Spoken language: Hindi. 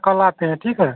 कल आते हैं ठीक है